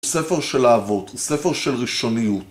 ספר של אהבות, ספר של ראשוניות